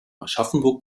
aschaffenburg